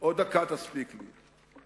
תספיק לי.